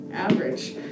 Average